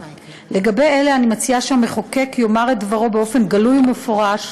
לגבי אלה אני מציעה שהמחוקק יאמר את דברו באופן גלוי ומפורש,